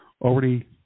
already